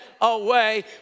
away